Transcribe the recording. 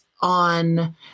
on –